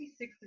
56